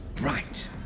Right